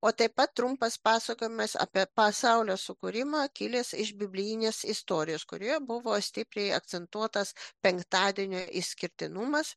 o taip pat trumpas pasakojimas apie pasaulio sukūrimą kilęs iš biblijinės istorijos kurioje buvo stipriai akcentuotas penktadienio išskirtinumas